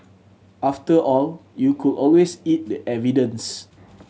after all you could always eat the evidence